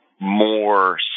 more